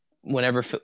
whenever –